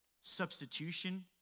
substitution